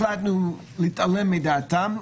החלטנו להתעלם מדעתם,